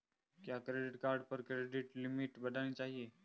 क्या credit card पर credit limit बढ़ानी चाहिए?